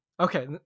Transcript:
Okay